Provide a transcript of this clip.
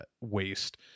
waste